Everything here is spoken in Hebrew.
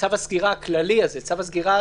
צו הסגירה הכללי הזה צו הסגירה